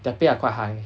there pay are quite high